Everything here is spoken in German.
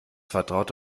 vertraut